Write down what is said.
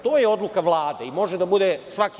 To je odluka Vlade i može da bude svaki.